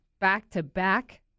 back-to-back